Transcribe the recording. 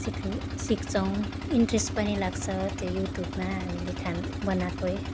सिक्नु सिक्छौँ इन्ट्रेस्ट पनि लाग्छ त्यही युट्युबमा हामीले खान बनाएकै